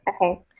Okay